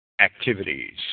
activities